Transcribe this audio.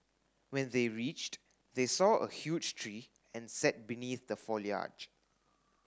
when they reached they saw a huge tree and sat beneath the foliage